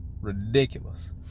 Ridiculous